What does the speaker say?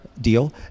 deal